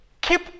keep